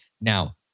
Now